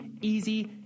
easy